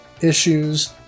issues